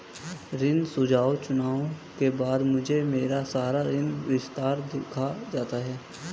ऋण सुझाव चुनने के बाद मुझे मेरा सारा ऋण विवरण दिख जाता है